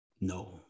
No